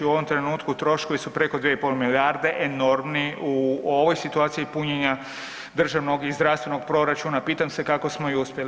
U ovom trenutku troškovi su preko 2,5 milijarde, enormni u ovoj situaciji punjenja državnog i zdravstvenog proračuna, pitam se kako smo i uspjeli.